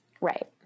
Right